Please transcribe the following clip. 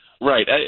Right